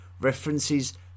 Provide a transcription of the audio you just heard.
references